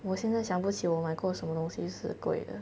我现在想不起我买过什么东西是贵的